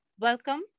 Welcome